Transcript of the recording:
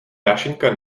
dášeňka